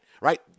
right